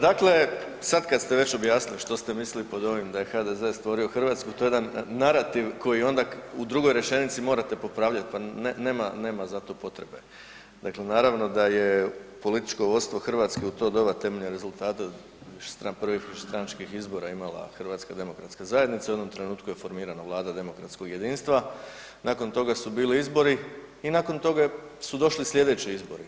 Dakle, sada kada ste već objasnili što ste mislili pod ovim da je HDZ stvorio Hrvatsku to je jedan narativ koji onda u drugoj rečenici morate popravljat, pa nema za to potrebe. naravno da je političko vodstvo Hrvatske u to doba temeljem rezultata … višestranačkih izbora imala HDZ u jednom trenutku je formirana Vlada demokratskog jedinstva, nakon toga su bili izbori i nakon toga su došli sljedeći izbori.